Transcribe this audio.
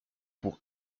pour